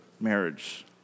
marriage